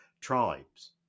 tribes